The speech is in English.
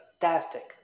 fantastic